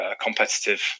competitive